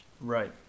Right